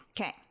Okay